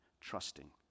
Trusting